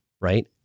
right